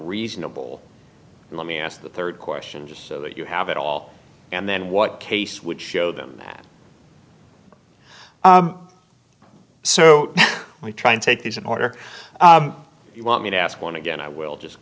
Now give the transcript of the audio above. reasonable let me ask the third question just so that you have it all and then what case would show them that so we try and take these in order you want me to ask one again i will just